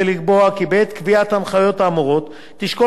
ולקבוע כי בעת קביעת ההנחיות האמורות תשקול